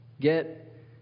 Get